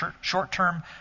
short-term